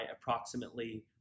approximately